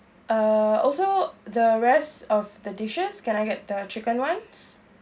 uh also the rest of the dishes can I get the chicken ones